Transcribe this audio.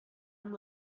amb